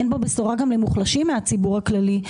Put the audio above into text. אין בו בשורה גם למוחלשים מהציבור הכללי,